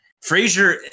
Frazier –